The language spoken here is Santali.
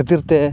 ᱠᱷᱟᱹᱛᱤᱨ ᱛᱮ